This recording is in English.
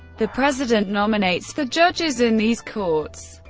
the president nominates the judges in these courts.